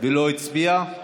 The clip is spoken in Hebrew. ולא הצביע?